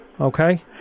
Okay